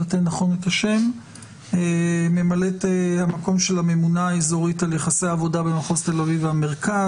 מ"מ הממונה האזורית על יחסי עבודה במחוז ת"א והמרכז,